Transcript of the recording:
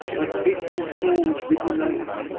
like faithful souls re-united.